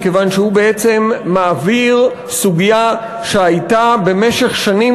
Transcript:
מכיוון שהוא בעצם מעביר סוגיה שהייתה במשך שנים